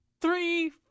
three